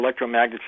electromagnetism